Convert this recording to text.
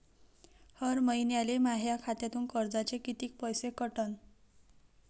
हर महिन्याले माह्या खात्यातून कर्जाचे कितीक पैसे कटन?